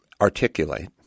articulate